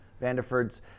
Vanderford's